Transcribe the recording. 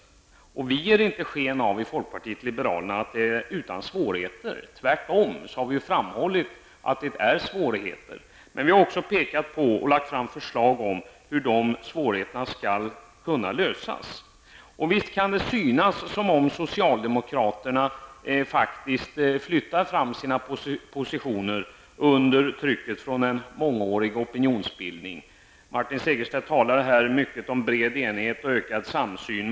Vi i folkpartiet liberalerna ger inte sken av att denna avvägning är utan svårigheter. Tvärtom har vi framhållit att det finns svårigheter. Men vi har också lagt fram förslag om hur de svårigheterna skall kunna övervinnas. Visst kan det synas som om socialdemokraterna flyttar fram sina positioner under trycket från en mångårig opinionsbildning. Martin Segerstedt talade här mycket om bred enighet och ökad samsyn.